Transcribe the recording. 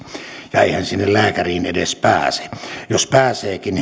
ja eihän sinne lääkäriin edes pääse jos pääseekin